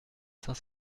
cinq